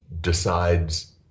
decides